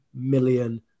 million